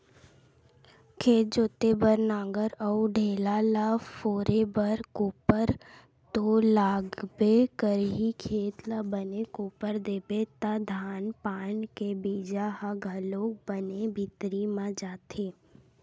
खेत जोते बर नांगर अउ ढ़ेला ल फोरे बर कोपर तो लागबे करही, खेत ल बने कोपर देबे त धान पान के बीजा ह घलोक बने भीतरी म जाथे